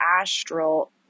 astral